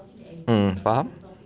mm faham